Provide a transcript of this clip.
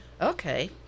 okay